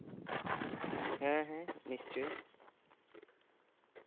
ᱦᱮᱸ ᱦᱮᱸ ᱱᱤᱥᱪᱳᱭ